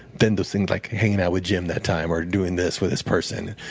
then those things like hanging out with jim that time, or doing this with this person,